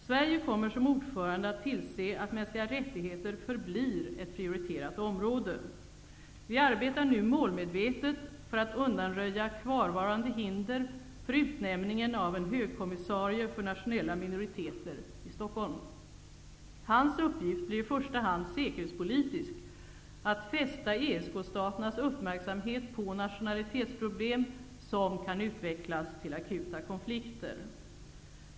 Sverige kommer som ordförande att tillse att mänskliga rättigheter förblir ett prioriterat område. Vi arbetar nu målmedvetet för att undanröja kvarvarande hinder för utnämningen av en högkommissarie för nationella minoriteter i Stockholm. Hans uppgift blir i första hand säkerhetspolitisk, att fästa ESK staternas uppmärksamhet på nationalitetsproblem som kan utvecklas till akuta konflikter.